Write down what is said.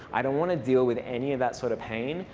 i don't want to deal with any of that sort of pain.